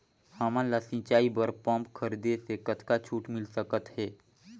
हमन ला सिंचाई बर पंप खरीदे से कतका छूट मिल सकत हे?